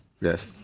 Yes